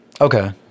Okay